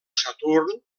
saturn